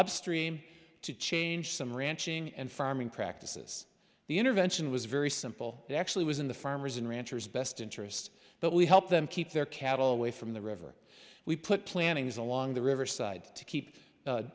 upstream to change some ranching and farming practices the intervention was very simple it actually was in the farmers and ranchers best interest that we help them keep their cattle away from the river we put plannings along the river side to keep